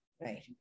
Right